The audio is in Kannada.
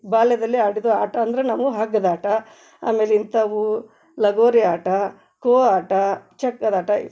ಬಾಲ್ಯದಲ್ಲಿ ಆಡಿದ ಆಟ ಅಂದರೆ ನಾವು ಹಗ್ಗದಾಟ ಆಮೇಲೆ ಇಂಥವು ಲಗೋರಿ ಆಟ ಖೋ ಆಟ ಚಕ್ಕದಾಟ